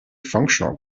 functional